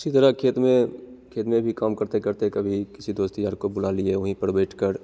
इसी तरह खेत में खेत में भी काम करते करते कभी किसी दोस्त यार को बुला लिए वहीं पर बैठकर